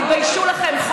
תתביישו לכם.